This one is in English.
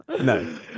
No